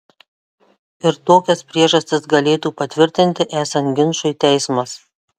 ir tokias priežastis galėtų patvirtinti esant ginčui teismas